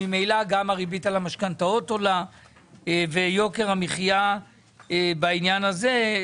ממילא גם הריבית על המשכנתאות עולה ויוקר המחיה בעניין הזה,